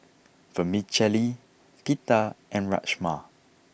Vermicelli Pita and Rajma